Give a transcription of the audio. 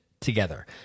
together